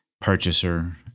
purchaser